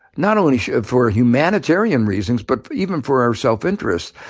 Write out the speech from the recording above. not only for humanitarian reasons, but even for our self-interest,